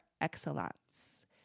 excellence